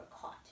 caught